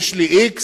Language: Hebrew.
יש לי x,